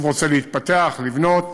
היישוב רוצה להתפתח, לבנות,